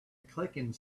clicking